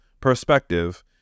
perspective